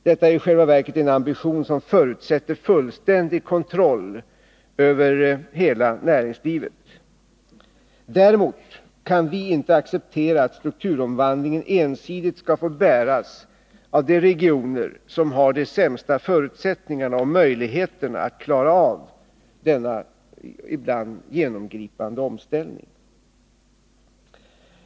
Detta är i själva verket en ambition som förutsätter fullständig kontroll över hela näringslivet. Däremot kan vi inte acceptera att strukturomvandlingen ensidigt skall få bäras av de regioner som har de sämsta förutsättningarna och möjligheterna att klara av denna ibland genomgripande omställning.